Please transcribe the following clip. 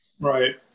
Right